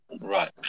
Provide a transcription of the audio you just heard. Right